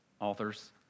authors